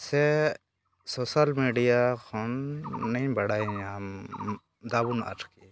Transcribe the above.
ᱥᱮ social media ᱠᱷᱚᱱᱤᱧ ᱵᱟᱲᱟᱭ ᱧᱟᱢᱮᱫᱟᱵᱚᱱ ᱟᱨᱠᱤ